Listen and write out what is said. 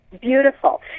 Beautiful